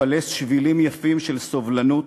לפלס שבילים יפים של סובלנות,